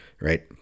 Right